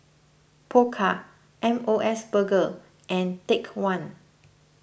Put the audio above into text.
Pokka M O S Burger and Take one